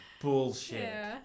bullshit